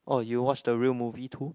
oh you watch the real movie too